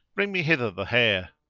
bring me hither the hair.